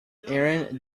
aaron